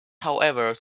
however